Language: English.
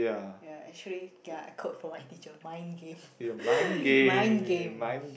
ya actually ya I quote from my teacher mind game mind game